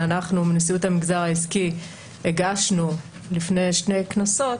שאנחנו בנשיאות המגזר העסקי הגשנו לפני שני כנסות,